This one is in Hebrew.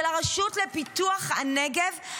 של הרשות לפיתוח הנגב,